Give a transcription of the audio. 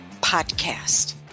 podcast